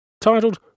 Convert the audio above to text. Titled